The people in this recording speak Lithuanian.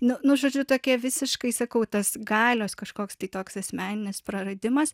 nu nu žodžiu tokia visiškai sakau tas galios kažkoks tai toks asmeninis praradimas